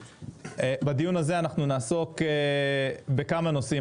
בדיון הזה אנחנו נעסוק בכמה נושאים.